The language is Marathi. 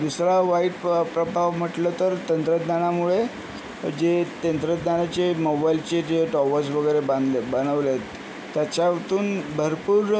दुसरा वाईट प्र प्रभाव म्हटलं तर तंत्रज्ञानामुळे जे तंत्रज्ञानाचे मोबाईलचे जे टॉवर्स वगैरे बांधले बनवले आहेत त्याच्यातून भरपूर